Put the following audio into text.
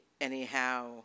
anyhow